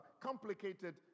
complicated